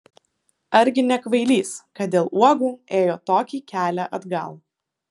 argi ne kvailys kad dėl uogų ėjo tokį kelią atgal